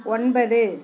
ஒன்பது